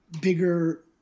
bigger